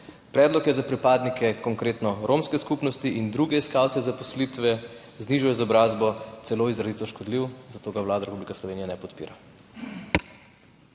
konkretno za pripadnike romske skupnosti in druge iskalce zaposlitve z nižjo izobrazbo celo izrazito škodljiv, zato ga Vlada Republike Slovenije ne podpira.